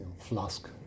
Flask